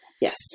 Yes